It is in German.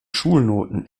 schulnoten